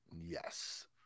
Yes